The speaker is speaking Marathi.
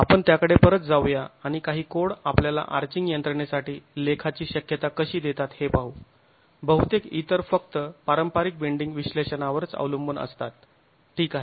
आपण त्याकडे परत जाऊया आणि काही कोड आपल्याला आर्चिंग यंत्रणेसाठी लेखाची शक्यता कशी देतात हे पाहू बहुतेक इतर फक्त पारंपारिक बेंडींग विश्लेषणावरच अवलंबून असतात ठीक आहे